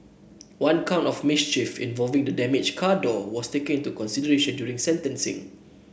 one count of mischief involving the damaged car door was taken into consideration during sentencing